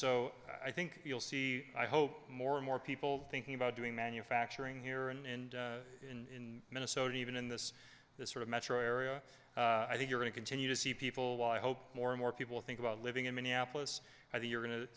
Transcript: so i think you'll see i hope more and more people thinking about doing manufacturing here and in minnesota even in this this sort of metro area i think you're and continue to see people why hope more and more people think about living in minneapolis or you're going to